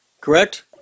Correct